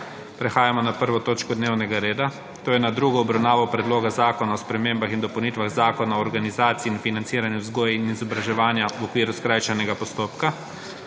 **prekinjeno 1. točko dnevnega reda – druga obravnava Predloga zakona o spremembah in dopolnitvah Zakona o organizaciji in financiranju vzgoje in izobraževanja, v okviru skrajšanega postopka.**